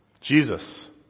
Jesus